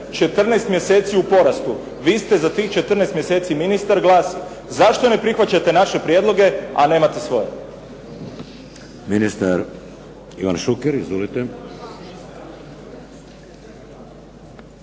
14 mjeseci u porastu, vi ste za tih 14 mjeseci ministar, glasi: "Zašto ne prihvaćate naše prijedloge, a nemate svoje?"